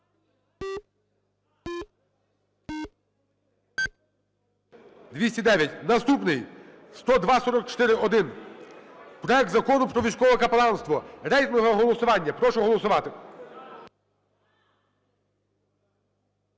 За-209 Наступний – 10244-1. Проект Закону про військове капеланство. Рейтингове голосування. Прошу голосувати.